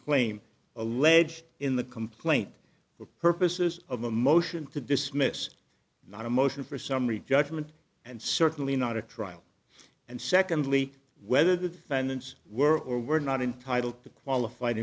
claim alleged in the complaint for purposes of a motion to dismiss not a motion for summary judgment and certainly not a trial and secondly whether the defendants were or were not entitled to qualified